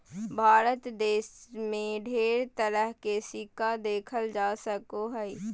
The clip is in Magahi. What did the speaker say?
भारत देश मे ढेर तरह के सिक्का देखल जा सको हय